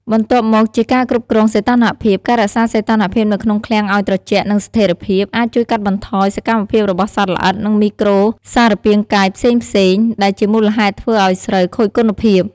បន្ទាប់មកជាការគ្រប់គ្រងសីតុណ្ហភាព ការរក្សាសីតុណ្ហភាពនៅក្នុងឃ្លាំងឲ្យត្រជាក់ និងស្ថិរភាព អាចជួយកាត់បន្ថយសកម្មភាពរបស់សត្វល្អិត និងមីក្រូសារពាង្គកាយផ្សេងៗ ដែលជាមូលហេតុធ្វើឲ្យស្រូវខូចគុណភាព។